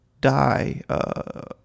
die